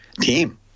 team